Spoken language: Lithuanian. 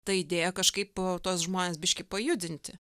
ta idėja kažkaip tuos žmones biškį pajudinti